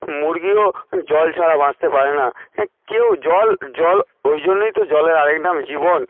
মুরগীও জল ছাড়া বাঁচতে পারে না কেউ জল জল ওই জন্যেই তো জলের আর এক নাম জীবন